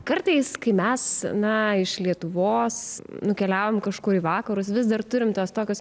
kartais kai mes na iš lietuvos nukeliaujam kažkur į vakarus vis dar turim tuos tokius